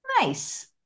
Nice